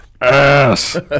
ass